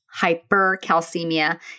hypercalcemia